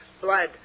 blood